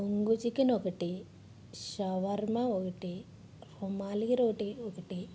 బొంగు చికెన్ ఒకటి షవరమా ఒకటి రుమాలి రోటి ఒకటి